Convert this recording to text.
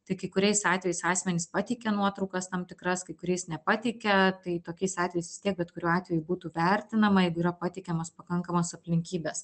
tik kai kuriais atvejais asmenys pateikė nuotraukas tam tikras kai kuriais nepateikė tai tokiais atvejais vis tiek bet kuriuo atveju būtų vertinama jeigu yra pateikiamos pakankamos aplinkybės